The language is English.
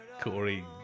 Corey